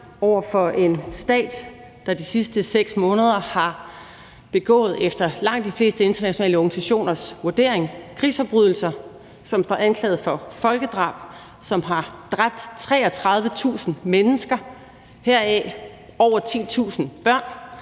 over for en stat, der de sidste 6 måneder har begået, efter langt de fleste internationale organisationers vurdering, krigsforbrydelser; en stat, som står anklaget for folkedrab; som har dræbt 33.000 mennesker, heraf over 10.000 børn;